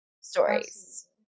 stories